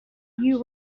you